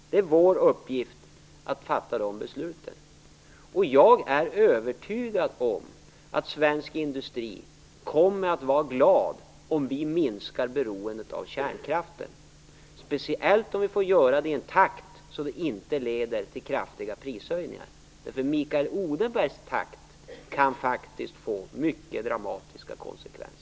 Jag är övertygad om att man inom svensk industri kommer att vara glad om beroendet av kärnkraften minskar, speciellt om det får ske i en takt som inte leder till kraftiga prishöjningar. Den takt som Mikael Odenberg förespråkar kan faktiskt få mycket dramatiska konsekvenser.